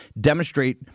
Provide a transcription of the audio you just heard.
demonstrate